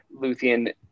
Luthien